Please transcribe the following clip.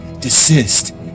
desist